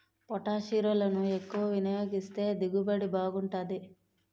పొటాషిరులను ఎక్కువ వినియోగిస్తే దిగుబడి బాగుంటాది